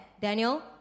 Daniel